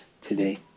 today